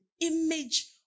image